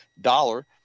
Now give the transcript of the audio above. dollar